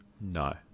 No